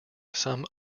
some